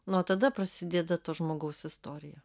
nuo tada prasideda to žmogaus istorija